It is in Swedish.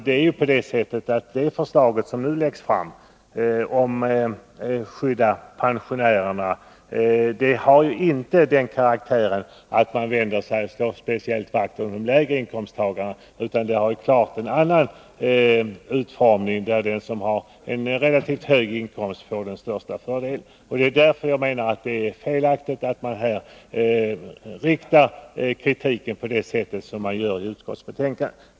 Det förslag som nu läggs fram om att skydda pensionärerna har ju inte den karaktären att man därmed slår vakt om de lägre inkomsttagarna, utan det har klart en annan utformning, så att den som har en relativt hög inkomst får den största fördelen. Därför menar jag att det är felaktigt att här uttala kritik på det sätt som man gör i utskottsbetänkandet.